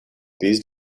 these